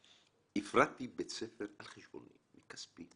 הפרדתי בית ספר על חשבוני, מכספי